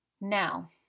Now